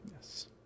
Yes